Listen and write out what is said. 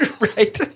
Right